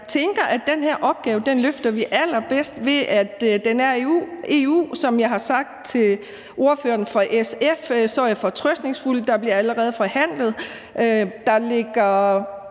jeg tænker, at den her opgave løfter vi allerbedst, ved at den er i EU. Som jeg har sagt til ordføreren for SF, er jeg fortrøstningsfuld. Der bliver allerede forhandlet.